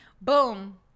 boom